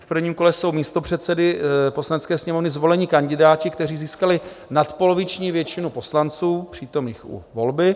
V prvním kole jsou místopředsedy Poslanecké sněmovny zvoleni kandidáti, kteří získali nadpoloviční většinu poslanců přítomných u volby.